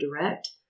direct